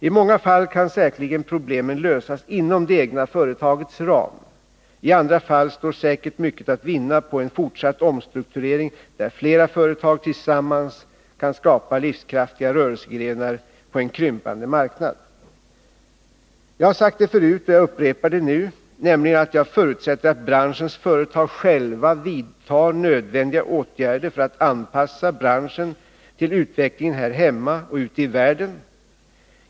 I många fall kan säkerligen problemen lösas inom det egna företagets ram. I andra fall står säkert mycket att vinna på en fortsatt omstrukturering, där flera företag tillsammans kan skapa livskraftiga rörelsegrenar på en krympande marknad. Jag har sagt det förut, och jag upprepar det nu, nämligen att jag förutsätter att branschens företag själva vidtar nödvändiga åtgärder för att anpassa branschen till utvecklingen här hemma och ute i världen.